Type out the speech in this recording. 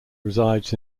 resides